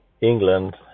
England